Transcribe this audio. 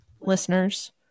listeners